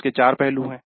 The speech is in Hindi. इसके चार पहलू हैं